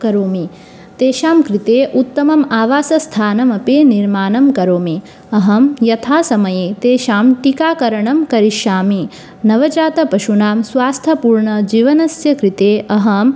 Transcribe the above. करोमि तेषां कृते उत्तमम् आवासस्थानम् अपि निर्माणं करोमि अहं यथा समये तेषां टिकाकरणं करिष्यामि नवजातपशूनां स्वास्थ्यपूर्णजीवनस्य कृते अहं